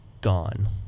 gone